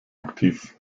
aktiv